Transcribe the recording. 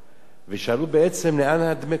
שאלו לאן דמי הכופר האלה הולכים.